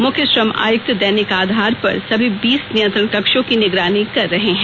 मुख्य श्रम आयुक्त दैनिक आधार पर सभी बीस नियंत्रण कक्षों की निगरानी कर रहे हैं